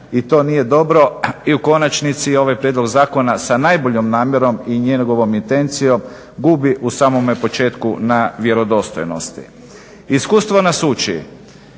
i to nije dobro i u konačnici ovaj prijedlog zakona sa najboljom namjerom i njegovom intencijom gubi u samome početku na vjerodostojnosti. Iskustvo nas uči